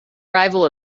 rival